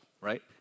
right